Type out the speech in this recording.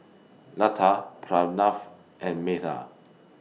Lata Pranav and Medha